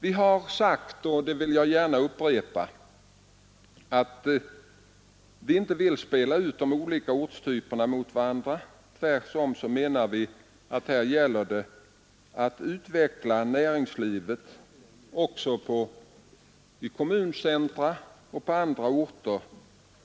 Vi har sagt — och detta vill jag gärna upprepa — att vi inte vill spela ut de olika ortstyperna mot varandra. Vi menar tvärtom att det här gäller att utveckla näringslivet också i kommuncentra och på andra orter.